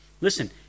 Listen